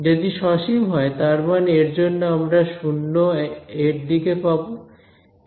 যদি সসীম হয় তার মানে এর জন্য আমরা 0 এর দিকে যাব